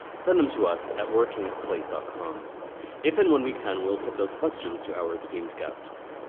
send them to us at working at slate dotcom if and when we can. we'll put those questions to our esteemed guests.